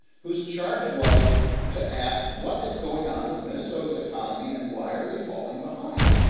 whose charge was to ask what is going on with minnesota's economy and why are we falling behind.